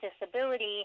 disability